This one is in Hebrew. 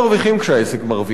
כשהעסק מפסיד,